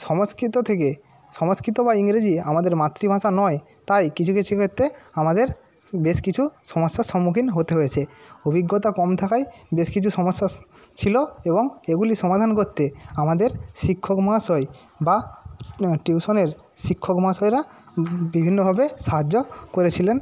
সংস্কৃত থেকে সংস্কৃত বা ইংরেজি আমাদের মাতৃভাষা নয় তাই কিছু কিছু ক্ষেত্রে আমাদের বেশ কিছু সমস্যার সম্মুখীন হতে হয়েছে অভিজ্ঞতা কম থাকায় বেশ কিছু সমস্যা ছিল এবং এগুলি সমাধান করতে আমাদের শিক্ষক মহাশয় বা টিউশনের শিক্ষক মহাশয়রা বিভিন্নভাবে সাহায্য করেছিলেন